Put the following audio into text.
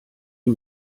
die